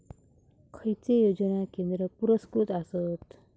खैचे योजना केंद्र पुरस्कृत आसत?